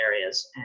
areas